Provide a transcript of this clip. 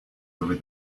over